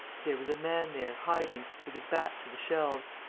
there was a man there, hiding, with his back to the shelves.